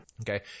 Okay